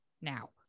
now